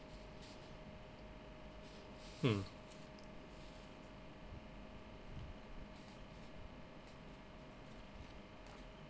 mm